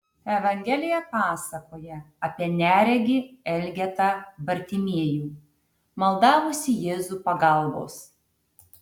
evangelija pasakoja apie neregį elgetą bartimiejų maldavusį jėzų pagalbos